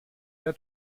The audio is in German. der